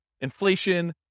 inflation